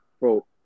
bro